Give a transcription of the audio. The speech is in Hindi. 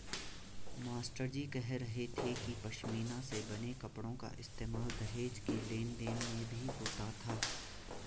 मास्टरजी कह रहे थे कि पशमीना से बने कपड़ों का इस्तेमाल दहेज के लेन देन में भी होता था